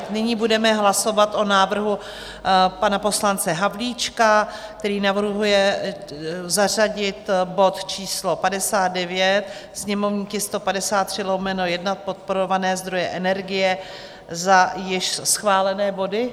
Nyní budeme hlasovat o návrhu pana poslance Havlíčka, který navrhuje zařadit bod číslo 59, sněmovní tisk 153/1, podporované zdroje energie, za již schválené body.